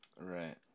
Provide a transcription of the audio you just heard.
Right